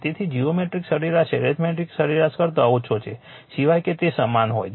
તેથી જીઓમેટ્રિક સરેરાશ એરિથમેટિક સરેરાશ કરતા ઓછો છે સિવાય કે તેઓ સમાન હોય